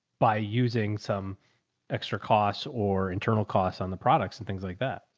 by using some extra costs or internal costs on the products and things like that.